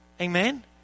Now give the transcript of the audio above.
Amen